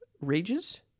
rages